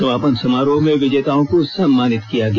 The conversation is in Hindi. समापन समारोह में विजेताओं को सम्मानित किया गया